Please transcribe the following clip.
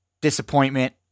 disappointment